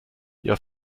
your